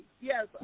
Yes